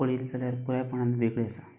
पळयली जाल्यार बऱ्यापणान वेगळी आसा